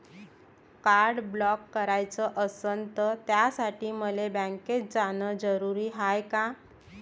Card block कराच असनं त त्यासाठी मले बँकेत जानं जरुरी हाय का?